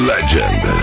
Legend